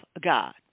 God